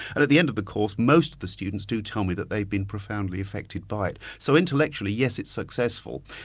and at the end of the course, most of the students do tell me that they've been profoundly affected by it. so intellectually, yes, it's successful.